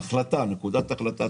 נקודת החלטה,